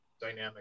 Dynamic